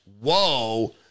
whoa